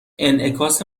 انعکاس